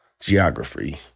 geography